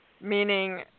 meaning